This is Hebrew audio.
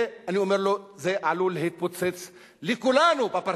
זה עלול להתפוצץ לכולנו בפרצוף.